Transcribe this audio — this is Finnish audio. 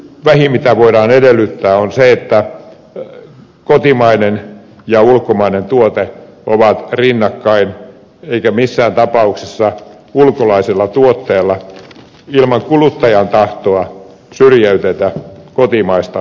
vähin mitä voidaan edellyttää on se että kotimainen ja ulkomainen tuote ovat rinnakkain eikä missään tapauksessa ulkolaisella tuotteella ilman kuluttajan tahtoa syrjäytetä kotimaista tuotetta